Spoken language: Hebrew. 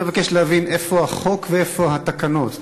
אני רק מבקש להבין איפה החוק ואיפה התקנות.